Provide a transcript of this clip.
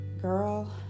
girl